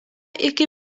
iki